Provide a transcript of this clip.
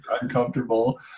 uncomfortable